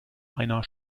einer